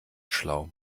schlau